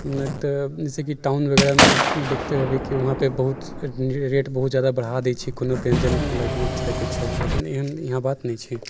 नहि तऽ जैसेकि टाउन वगैरहमे देखते होबै कि वहाँ पे बहुत रेट बहुत जादा बढ़ा दै छै कोनो भी व्यञ्जनके लागि चाहे किछु लेकिन यहाँ बात नहि छै